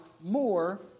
more